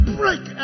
break